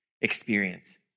experience